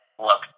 look